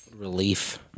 Relief